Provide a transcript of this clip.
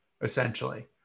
essentially